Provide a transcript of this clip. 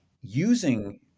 using